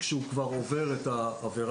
כשהוא כבר עובר את העבירה.